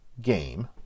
game